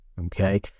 okay